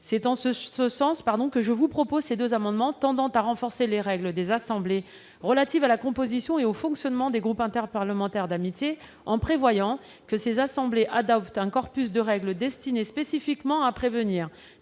C'est le sens de ces deux amendements, qui tendent à renforcer les règles des assemblées relatives à la composition et au fonctionnement des groupes interparlementaires d'amitié, en prévoyant que ces assemblées adoptent un corpus de règles destinées spécifiquement à prévenir